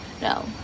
no